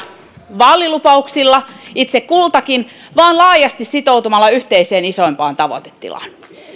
vaalilupauksilla itse kultakin vaan laajasti sitoutumalla yhteiseen isompaan tavoitetilaan